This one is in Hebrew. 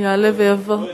בן-ארי.